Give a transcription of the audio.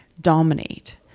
dominate